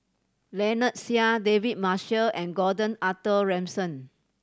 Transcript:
Lynnette Seah David Marshall and Gordon Arthur Ransome